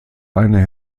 eine